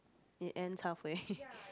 it ends halfway